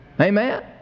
Amen